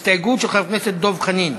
הסתייגות של חבר הכנסת דב חנין.